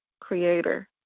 Creator